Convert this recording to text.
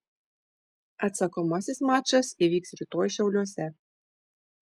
atsakomasis mačas įvyks rytoj šiauliuose